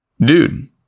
Dude